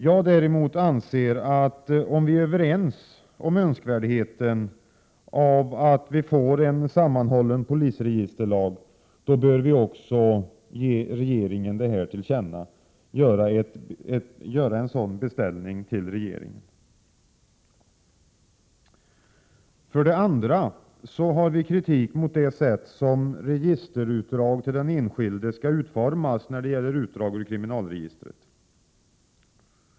Jag anser däremot att om vi är överens om önskvärdheten av att få en sammanhållen polisregister lag, så bör vi också göra en sådan beställning hos regeringen. För det andra har vi kritik mot det sätt på vilket registerutdrag till den enskilde skall utformas när det gäller kriminalregistret.